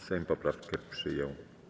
Sejm poprawki przyjął.